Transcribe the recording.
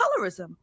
colorism